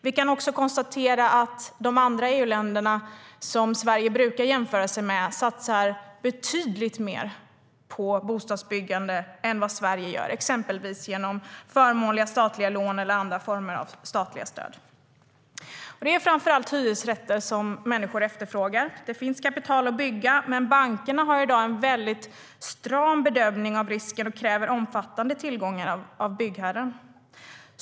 Vi kan konstatera att de EU-länder som Sverige brukar jämföra sig med satsar betydligt mer än Sverige på bostadsbyggande, exempelvis genom förmånliga statliga lån och andra former av statliga stöd. Det är framför allt hyresrätter som människor efterfrågar. Det finns kapital för att bygga, men bankerna har i dag en mycket stram bedömning av risker och kräver omfattande tillgångar hos byggherren.